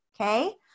Okay